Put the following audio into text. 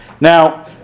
Now